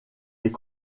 est